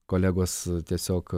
kolegos tiesiog